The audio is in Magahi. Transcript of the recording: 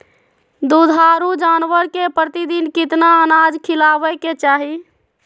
दुधारू जानवर के प्रतिदिन कितना अनाज खिलावे के चाही?